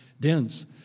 dense